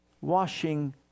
washing